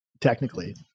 technically